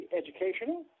educational